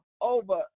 over